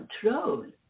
control